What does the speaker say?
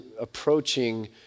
approaching